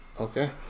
Okay